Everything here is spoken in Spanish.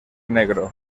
negro